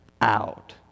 out